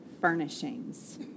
furnishings